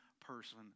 person